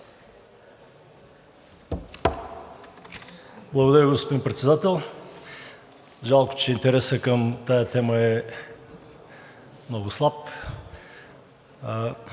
Благодаря, господин Председател. Жалко, че интересът към тази тема е много слаб.